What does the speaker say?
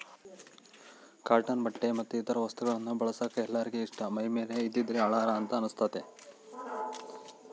cotton ಬಟ್ಟೆ ಮತ್ತೆ ಇತರ ವಸ್ತುಗಳನ್ನ ಬಳಸಕ ಎಲ್ಲರಿಗೆ ಇಷ್ಟ ಮೈಮೇಲೆ ಇದ್ದ್ರೆ ಹಳಾರ ಅಂತ ಅನಸ್ತತೆ